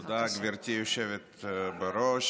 תודה, גברתי היושבת בראש.